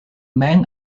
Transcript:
man